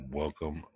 welcome